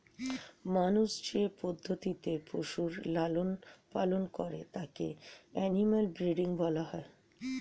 মানুষ যে পদ্ধতিতে পশুর লালন পালন করে তাকে অ্যানিমাল ব্রীডিং বলা হয়